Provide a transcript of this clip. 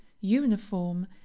uniform